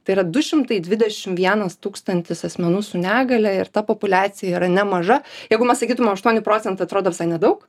tai yra du šimtai dvidešimt vienas tūkstantis asmenų su negalia ir ta populiacija yra nemaža jeigu mes sakytume aštuoni procentai atrodo visai nedaug